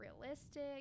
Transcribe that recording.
realistic